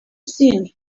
seen